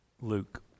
luke